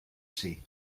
sie